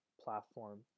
platform